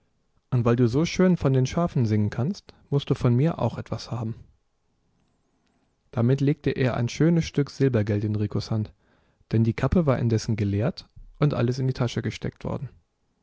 und weil du so schön von den schafen singen kannst mußt du von mir auch etwas haben damit legte er ein schönes stück silbergeld in ricos hand denn die kappe war indessen geleert und alles in die tasche gesteckt worden